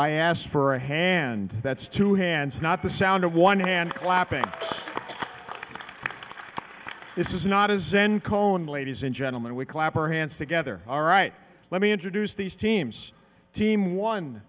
i asked for a hand that's two hands not the sound of one hand clapping this is not a zen koan ladies and gentlemen we clap our hands together all right let me introduce these teams team on